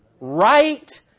Right